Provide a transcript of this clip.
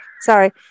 Sorry